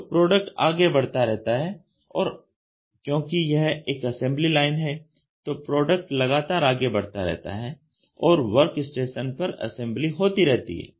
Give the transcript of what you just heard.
तो प्रोडक्ट आगे बढ़ता रहता है और क्योंकि यह एक असेंबली लाइन है तो प्रोडक्ट लगातार आगे बढ़ता रहता है और वर्क स्टेशन पर असेंबली होती रहती है